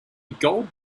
gold